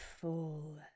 fall